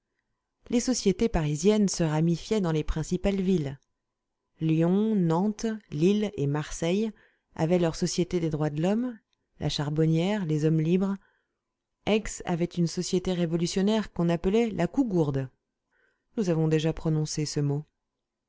les sociétés parisiennes se ramifiaient dans les principales villes lyon nantes lille et marseille avaient leur société des droits de l'homme la charbonnière les hommes libres aix avait une société révolutionnaire qu'on appelait la cougourde nous avons déjà prononcé ce mot